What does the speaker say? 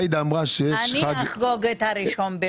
עאידה אמרה שיש חג --- אני אחגוג את ה-01 במאי.